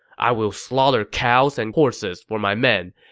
i will slaughter cows and horses for my men.